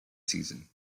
season